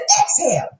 exhale